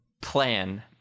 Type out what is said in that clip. plan